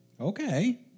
Okay